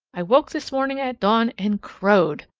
i woke this morning at dawn and crowed!